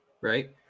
right